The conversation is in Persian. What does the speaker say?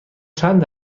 چند